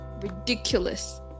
ridiculous